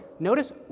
Notice